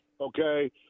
okay